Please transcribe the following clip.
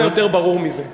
מה יותר ברור מזה?